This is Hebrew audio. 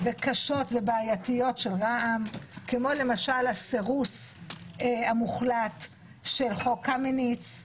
קשות ובעייתיות של רע"מ; כמו למשל הסירוס המוחלט של חוק קמיניץ,